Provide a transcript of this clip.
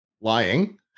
lying